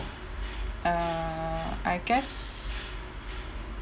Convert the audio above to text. uh I guess